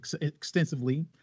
extensively